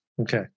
Okay